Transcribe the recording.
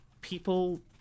people